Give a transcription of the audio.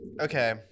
Okay